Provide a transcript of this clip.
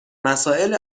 مسائل